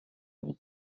vie